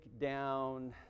down